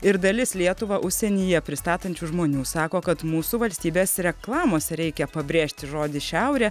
ir dalis lietuvą užsienyje pristatančių žmonių sako kad mūsų valstybės reklamose reikia pabrėžti žodį šiaurė